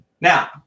Now